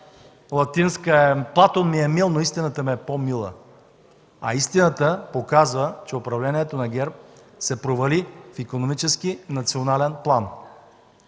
максима е: „Платон ми е мил, но истината ми е по-мила”, а истината показва, че управлението на ГЕРБ се провали в икономически и в национален план.